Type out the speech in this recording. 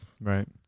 Right